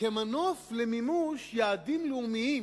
כמנוף למימוש יעדים לאומיים